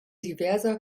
diverser